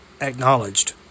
acknowledged